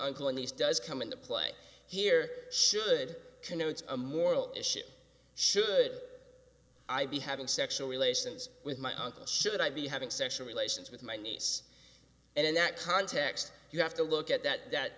uncle and these does come into play here should connotes a moral issue should i be having sexual relations with my uncle should i be having sexual relations with my niece and in that context you have to look at that that